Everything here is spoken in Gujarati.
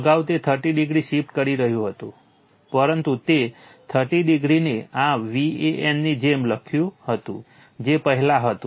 અગાઉ તે 30o શિફ્ટ કરી રહ્યું હતું પરંતુ તે 30o ને આ Van ની જેમ લખ્યું હતું જે પહેલા હતું